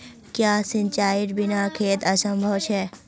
क्याँ सिंचाईर बिना खेत असंभव छै?